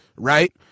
Right